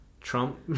Trump